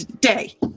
day